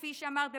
כפי שאמרת,